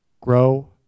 grow